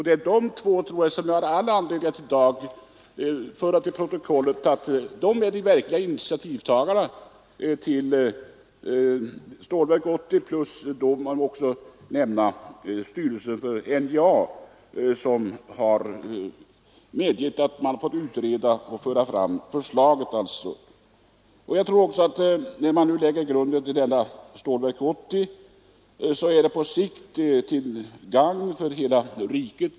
Det finns anledning att föra till protokollet att det är dessa två som är de verkliga initiativtagarna till Stålverk 80 tillsammans med styrelsen för NJA, som medgett att förslaget fått utredas. När nu grunden till Stålverk 80 läggs tror jag det på sikt är till gagn för hela riket.